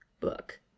book